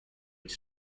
its